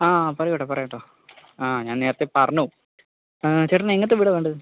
ആ പറയൂ ഏട്ടാ പറയൂ ഏട്ടാ ആ ഞാൻ നേരത്തെ പറഞ്ഞു ചേട്ടന് എങ്ങനത്തെ വീടാണ് വേണ്ടത്